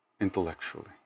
intellectually